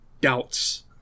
doubts